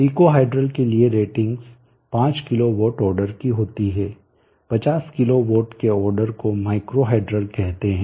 pico hydel के लिए ratings 5 kilowatt order की होती है 50 किलो वाट के ऑर्डर को माइक्रो हायड्रल कहते है